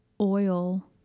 oil